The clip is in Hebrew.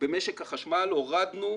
במשק החשמל הורדנו,